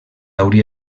hauria